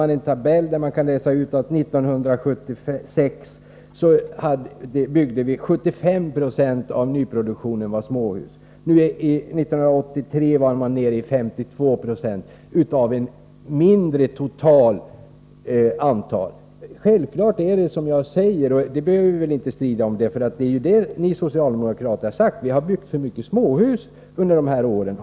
Av en tabell framgår det att 75 76 av nyproduktionen under 1976 gällde småhus. 1983 var man nere i 52 Zo — och då var det totala antalet mindre. Självfallet är det som jag säger. Det behöver vi väl inte strida om. Vad ni socialdemokrater har hävdat är ju att det byggts för många småhus under de aktuella åren.